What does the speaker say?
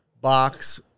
box